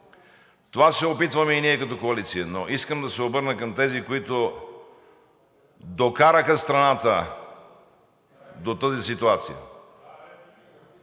това се опитваме и ние като коалиция. Но искам да се обърна към тези, които докараха страната до тази ситуация,